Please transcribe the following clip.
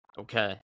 Okay